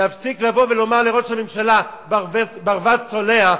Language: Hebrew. להפסיק לבוא ולומר לראש הממשלה: ברווז צולע.